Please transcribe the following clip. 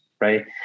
right